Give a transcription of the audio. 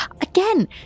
Again